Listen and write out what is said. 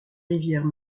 rivières